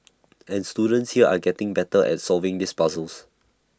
and students here are getting better at solving these puzzles